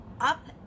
up